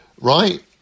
right